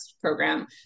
program